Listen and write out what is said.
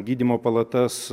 gydymo palatas